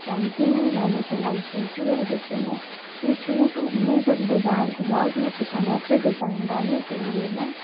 जानती हूँ मैंने सिलाई सीखी है जिससे मैं उस सूट में कुछ डिज़ाइंस ब्लाउज में कुछ अनोखी डिज़ाइन डालने के लिए मैं